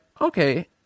Okay